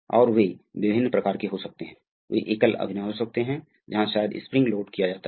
और प्रवाह दर के साथ हमारे पास कम गति है अतः यह इस सर्किट का फायदा है